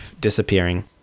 disappearing